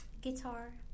guitar